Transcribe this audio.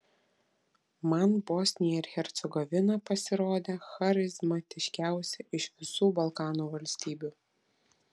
man bosnija ir hercegovina pasirodė charizmatiškiausia iš visų balkanų valstybių